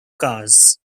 cars